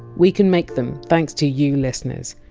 we can make them thanks to you listeners.